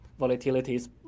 volatilities